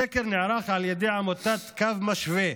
הסקר נערך על ידי עמותת קו משווה,